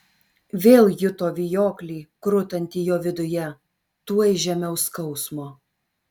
vėl juto vijoklį krutantį jo viduje tuoj žemiau skausmo